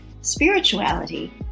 spirituality